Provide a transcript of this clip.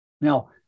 Now